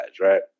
right